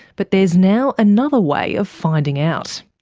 but there's now another way of finding out.